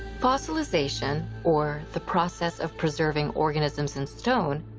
fossilization or the process of preserving organisms in stone,